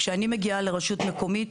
כשאני מגיעה לרשות מקומית,